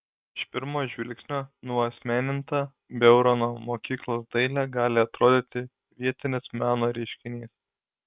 iš pirmo žvilgsnio nuasmeninta beurono mokyklos dailė gali atrodyti vietinis meno reiškinys